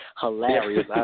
hilarious